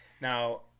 now